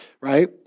right